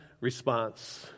response